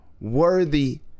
worthy